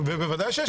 בוודאי שיש לי תעדוף.